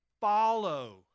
follow